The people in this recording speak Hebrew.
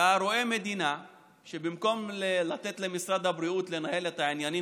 אתה רואה מדינה שבמקום לתת למשרד הבריאות לנהל את העניינים,